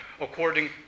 according